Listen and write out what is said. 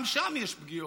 גם יש פגיעות.